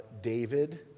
David